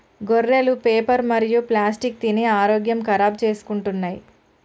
గొర్రెలు పేపరు మరియు ప్లాస్టిక్ తిని ఆరోగ్యం ఖరాబ్ చేసుకుంటున్నయ్